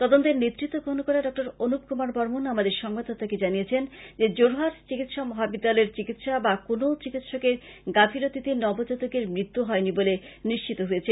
তদন্তের নেতৃত্ব গ্রহন করা ডঃ অনুপ কুমার বর্মন আমাদের সংবাদদাতাকে জানান যে যোরহাট চিকিৎসা মহাবিদ্যালয়ের চিকিৎসা বা কোনও চিকিৎসকের গাফিলতিতে নবজাতকদের মৃত্যু হয়নি বলে নিশ্চিত হয়েছেন